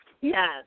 Yes